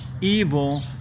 evil